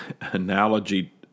analogy